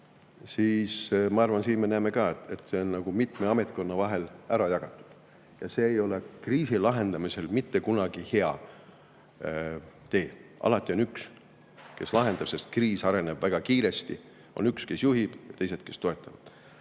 Ma arvan, et siis me näeme ka, et see on mitme ametkonna vahel ära jagatud. See ei ole kriisi lahendamisel mitte kunagi hea tee. Alati [peaks] olema üks, kes lahendab, sest kriis areneb väga kiiresti. On üks, kes juhib, ja teised, kes toetavad.